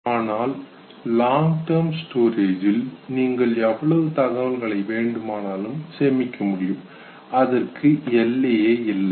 ஆனால் long term storage ல் நீங்கள் எவ்வளவு தகவல்களை வேண்டுமானாலும் சேமிக்க முடியும் அதற்கு எல்லையே இல்லை